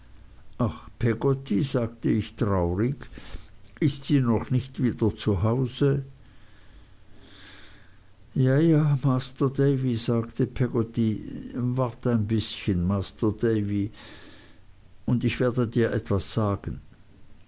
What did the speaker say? ach peggotty sagte ich traurig ist sie noch nicht wieder zu hause ja ja master davy sagte peggotty wart ein bißchen master davy und ich werde dir etwas sagen